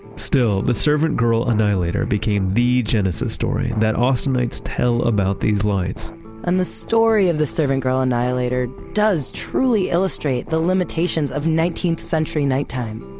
still, the servant girl annihilator became the genesis story that austinites tell about these lights and the story of the servant girl annihilator does truly illustrate the limitations of nineteenth century nighttime.